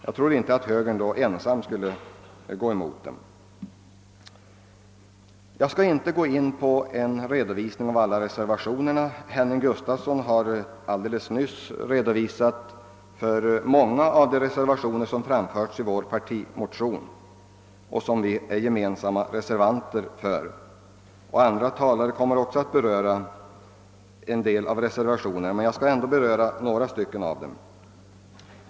Jag tror inte att högern under sådana förhållanden ensam skulle vända sig mot dem. Jag skall inte gå in på någon redovisning av de många reservationerna. Herr Henning Gustafsson har alldeles nyss redogjort för åtskilliga av de reservationer som föranletts av vår partimotion och som vi gemensamt ställt oss bakom. Också andra talare kommer att beröra en del av reservationerna. Jag skall emellertid ändå ta upp några av dem.